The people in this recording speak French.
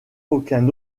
aucun